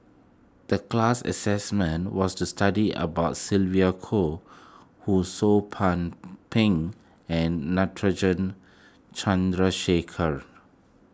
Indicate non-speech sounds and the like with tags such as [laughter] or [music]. the class assessment was to study about Sylvia Kho Ho Sou [unintelligible] Ping and Natarajan Chandrasekaran